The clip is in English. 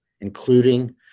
including